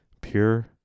pure